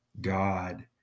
God